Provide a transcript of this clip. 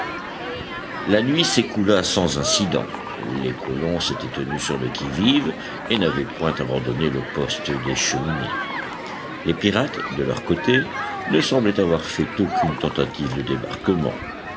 la nuit s'écoula sans incident les colons s'étaient tenus sur le qui-vive et n'avaient point abandonné le poste des cheminées les pirates de leur côté ne semblaient avoir fait aucune tentative de débarquement